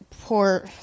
poor